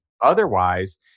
otherwise